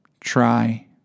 try